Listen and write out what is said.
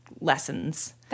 lessons